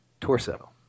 torso